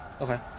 Okay